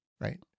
right